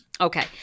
Okay